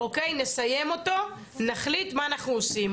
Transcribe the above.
נסיים אותו ונחליט מה אנחנו עושים,